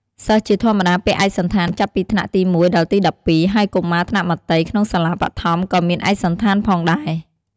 សិស្សជាធម្មតាពាក់ឯកសណ្ឋានចាប់ពីថ្នាក់ទី ១ ដល់ទី ១២ ហើយកុមារថ្នាក់មត្តេយ្យក្នុងសាលាបឋមក៏មានឯកសណ្ឋានផងដែរ។